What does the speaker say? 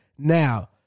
Now